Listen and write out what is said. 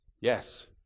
Yes